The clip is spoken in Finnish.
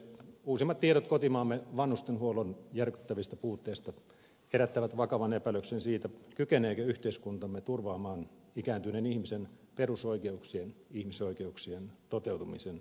uusimmat tiedot kotimaamme vanhustenhuollon järkyttävistä puutteista herättävät vakavan epäilyksen siitä kykeneekö yhteiskuntamme turvaamaan ikääntyneen ihmisen perusoikeuksien ihmisoikeuksien toteutumisen